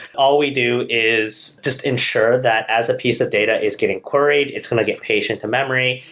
all we do is just ensure that as a piece of data is getting queried, it's going to get paged into memory.